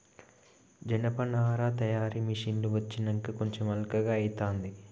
జనపనార తయారీ మిషిన్లు వచ్చినంక కొంచెం అల్కగా అయితాంది